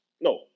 No